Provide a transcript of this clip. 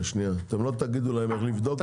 ואתם לא תגידו להם איך לבדוק, עם כל הכבוד לכם.